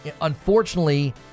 Unfortunately